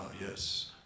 yes